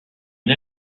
une